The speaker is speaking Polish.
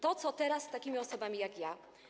To co teraz z takimi osobami jak ja?